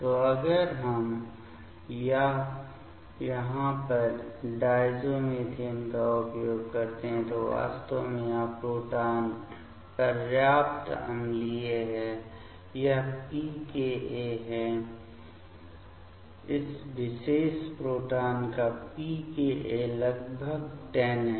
तो अगर हम यहाँ पर डायज़ोमिथेन का उपयोग करते हैं तो वास्तव में यह प्रोटॉन पर्याप्त अम्लीय है यह pKa है इस विशेष प्रोटॉन का pKa लगभग 10 है